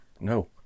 No